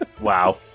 Wow